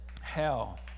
hell